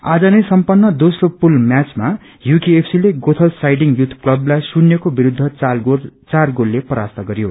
आज नै सम्पन्न दोम्रो पुत म्याचमा यूकेएफसीले गोथल्स साइङिंग युथ क्तवलाई शून्यकये विरूद्ध चार गोलले परास्त गरयो